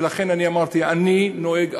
ולכן אני אמרתי, אני נוהג אחרת,